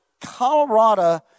Colorado